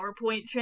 PowerPoint